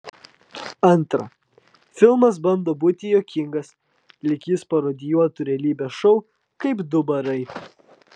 antra filmas bando būti juokingas lyg jis parodijuotų realybės šou kaip du barai